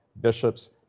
bishops